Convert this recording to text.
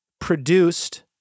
produced